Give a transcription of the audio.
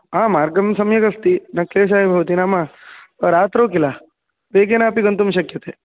हा मार्गं सम्यगस्ति न क्लेशाय भवति नाम रात्रौ किल वेगेनापि गन्तुं शक्यते